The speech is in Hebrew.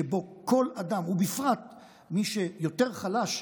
שבה לכל אדם, ובפרט מי שיותר חלש,